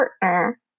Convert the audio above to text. partner